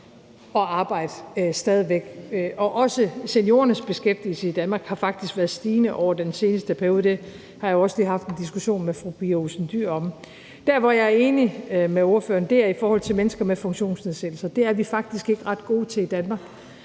og også seniorernes beskæftigelse i Danmark har faktisk været stigende over den seneste periode. Det har jeg også lige haft en diskussion med fru Pia Olsen Dyhr om. Der, hvor jeg er enig med ordføreren, er i forhold mennesker med funktionsnedsættelser. Det er vi faktisk ikke ret gode til i Danmark,